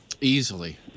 Easily